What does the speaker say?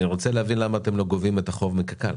אני רוצה להבין למה אתם לא גובים את החוב מקק"ל.